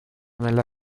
nella